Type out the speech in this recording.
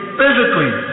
physically